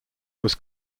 was